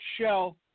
Shell